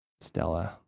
stella